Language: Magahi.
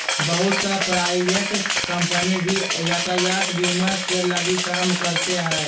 बहुत सा प्राइवेट कम्पनी भी यातायात बीमा के लगी काम करते हइ